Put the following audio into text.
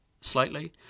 slightly